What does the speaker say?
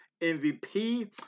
MVP